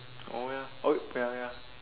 ah ya oh ya ya